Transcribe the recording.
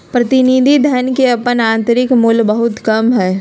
प्रतिनिधि धन के अपन आंतरिक मूल्य बहुत कम हइ